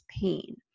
pain